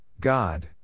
God